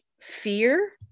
fear